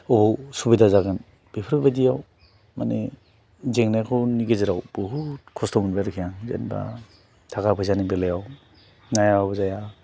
बबेयाव सुबिदा जागोन बेफोरबायदियाव माने जेंनाफोरनि गेजेराव बहुत खस्थ' मोनबाय आरोखि आं जेनेबा थाखा फैसानि बेलायाव नायाबाबो जाया